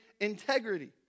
integrity